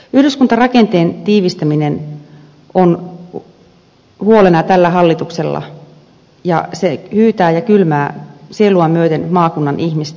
yhdyskuntarakenteen tiivistäminen on huolena tällä hallituksella ja se hyytää ja kylmää sielua myöten maakunnan ihmistä